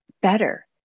better